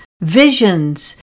visions